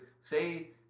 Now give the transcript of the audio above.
say